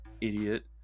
idiot